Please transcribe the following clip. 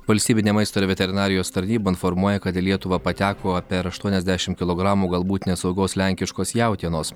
valstybinė maisto ir veterinarijos tarnyba informuoja kad į lietuvą pateko per aštuoniasdešimt kilogramų galbūt nesaugios lenkiškos jautienos